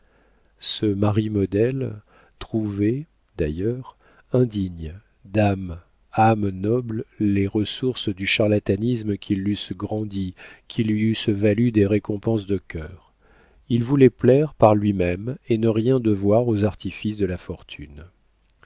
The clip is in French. conjugal ce mari modèle trouvait d'ailleurs indignes d'une âme noble les ressources du charlatanisme qui l'eussent grandi qui lui eussent valu des récompenses de cœur il voulait plaire par lui-même et ne rien devoir aux artifices de la fortune